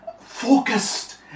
focused